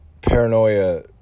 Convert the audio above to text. paranoia